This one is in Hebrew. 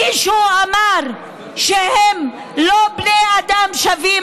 מישהו אמר שהם לא בני אדם שווים?